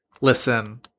Listen